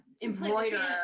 embroider